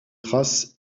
traces